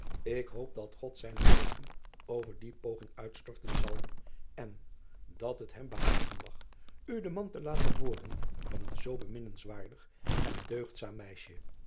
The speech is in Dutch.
k hoop dat od zijnen zegen over die poging uitstorten zal en dat het hem behagen mag u de man te laten worden van een zoo beminnenswaardig en